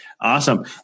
Awesome